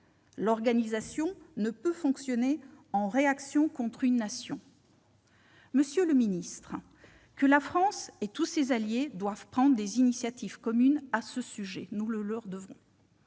L'organisation ne peut fonctionner en « réaction contre une nation ». Monsieur le secrétaire d'État, la France et tous ses alliés doivent prendre des initiatives communes à ce sujet. Permettez-moi